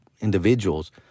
individuals